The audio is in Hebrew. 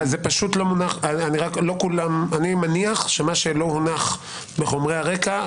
אני מניח שמה שלא הונח בחומרי הרקע,